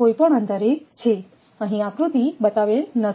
કોઈપણ અંતરે છે અહીં આકૃતિ બતાવેલ નથી